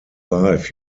life